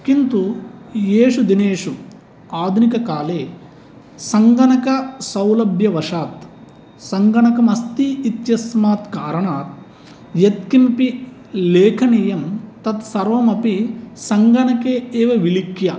किन्तु येषु दिनेषु आधुनिककाले सङ्गणकसौलभ्यवशात् सङ्गणकमस्ति इत्यस्मात् कारणात् यत्किमपि लेखनीयं तत्सर्वमपि सङ्गणके एव विलिख्य